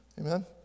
Amen